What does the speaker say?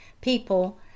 people